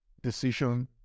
decision